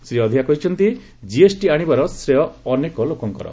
ଶ୍ରୀ ଅଧିଆ କହିଛନ୍ତି ଜିଏସ୍ଟି ଆଣିବାର ଶ୍ରେୟ ଅନେକ ଲୋକଙ୍କର